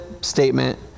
statement